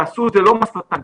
תעשו את זה לא כמס שפתיים,